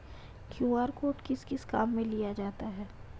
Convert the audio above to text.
QR code किस किस काम में लिया जाता है?